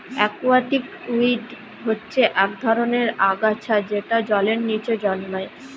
aquatic weed হচ্ছে এক ধরনের আগাছা যেটা জলের নিচে জন্মায়